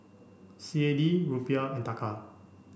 C A D Rupiah and Taka